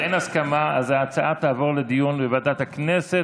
אז אין הסכמה, וההצעה תעבור לדיון בוועדת הכנסת,